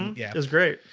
yeah, it was great.